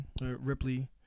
Ripley